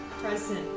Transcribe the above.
present